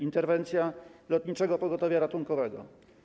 Interwencja Lotniczego Pogotowia Ratunkowego.